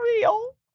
real